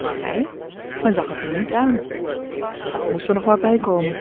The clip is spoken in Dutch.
gij men zag het u niet aan dat moest er nog maar bijkomen